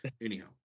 Anyhow